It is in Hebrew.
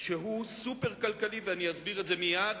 שהוא סופר-כלכלי, ואני אסביר את זה מייד,